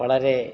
വളരേ